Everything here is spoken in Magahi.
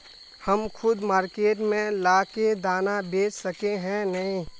हम खुद मार्केट में ला के दाना बेच सके है नय?